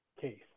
case